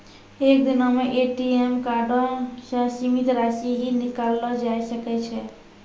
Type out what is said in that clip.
एक दिनो मे ए.टी.एम कार्डो से सीमित राशि ही निकाललो जाय सकै छै